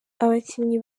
abakinnyi